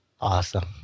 Awesome